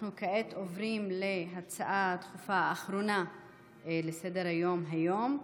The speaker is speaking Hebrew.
כעת אנחנו עוברים להצעה הדחופה האחרונה לסדר-היום היום,